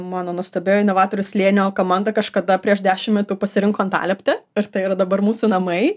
mano nuostabioji inovatorių slėnio komanda kažkada prieš dešim metų pasirinko antalieptę ir tai yra dabar mūsų namai